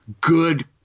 good